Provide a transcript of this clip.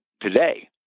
today